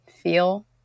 feel